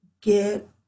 get